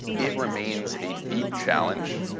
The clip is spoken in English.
it remains a deep challenge.